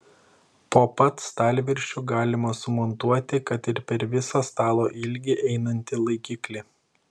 po pat stalviršiu galima sumontuoti kad ir per visą stalo ilgį einantį laikiklį